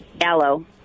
Aloe